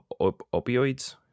opioids